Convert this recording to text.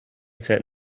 said